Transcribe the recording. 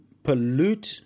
pollute